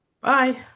Bye